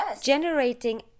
generating